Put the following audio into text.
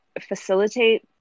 facilitate